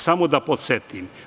Samo da podsetim.